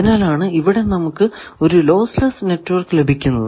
അതിനാലാണ് ഇവിടെ നമുക്ക് ഒരു ലോസ് ലെസ്സ് നെറ്റ്വർക്ക് ലഭിക്കുന്നത്